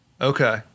Okay